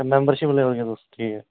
membership लेओ जदूं ठीक ऐ